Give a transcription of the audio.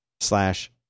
slash